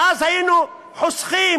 ואז היינו חוסכים